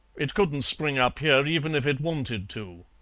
it couldn't spring up here even if it wanted to.